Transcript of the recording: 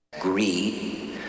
Greed